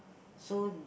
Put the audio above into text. so